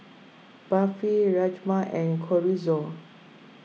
Barfi Rajma and Chorizo